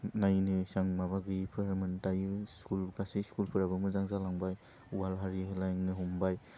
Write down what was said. नायनो इसां माबा गोयैफोरमोन दायो स्कुल गासै स्कुलफोराबो मोजां जालांबाय वाल हारि होलायनो हमबाय